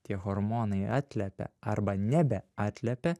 tie hormonai atliepia arba nebe atliepia